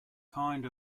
kind